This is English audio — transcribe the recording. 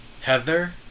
Heather